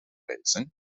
reizen